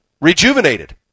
rejuvenated